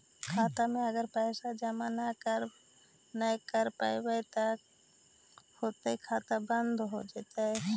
खाता मे अगर पैसा जमा न कर रोपबै त का होतै खाता बन्द हो जैतै?